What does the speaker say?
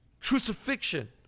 crucifixion